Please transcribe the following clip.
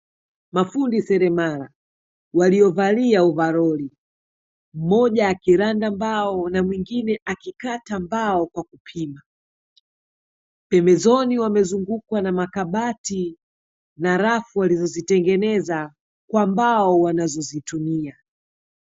Mafundi seremala waliovalia ovaroli, mmoja akiranda mbao na mwingine akikata mbao kwa kupima, pembezoni wamezungukwa na makabati na rafu walizo zitengeneza kwa mbao wanazozitumia.